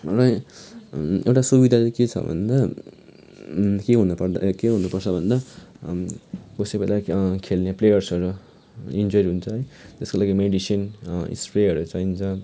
र एउटा सुविधा चाहिँ के छ भन्दा के हुनु पर्दा ए हुनु पर्छ भन्दा पोसिबल लाइक खेल्ने प्लेयरहरू इन्ज्युर्ड हुन्छ है त्यसको लागी मेडिसिन स्प्रेहरू चाहिन्छ